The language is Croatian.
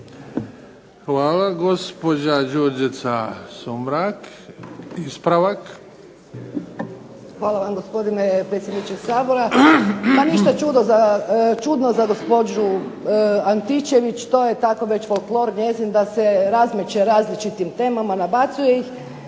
**Sumrak, Đurđica (HDZ)** Hvala vam gospodine predsjedniče Sabora. Pa ništa čudno za gospođu Antičević, to je tako već folklor njezin da se razmeće različitim temama, nabacuje ih,